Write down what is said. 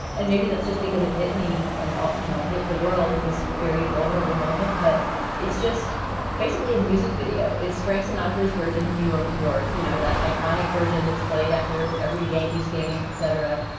and maybe that's just because it hit me. and, ah you know, hit the world at this very vulnerable moment. but it's just basically a music video. it's frank sinatra's version of new york, new york. you know, that iconic version that's played after every yankees game, etc.